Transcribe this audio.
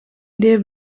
idee